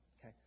okay